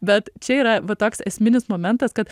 bet čia yra va toks esminis momentas kad